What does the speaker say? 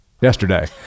yesterday